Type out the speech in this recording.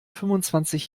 fünfundzwanzig